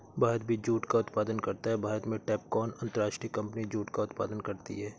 भारत भी जूट का उत्पादन करता है भारत में टैपकॉन अंतरराष्ट्रीय कंपनी जूट का उत्पादन करती है